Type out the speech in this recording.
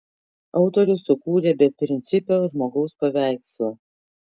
autorius sukūrė beprincipio žmogaus paveikslą